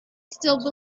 still